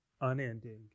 unending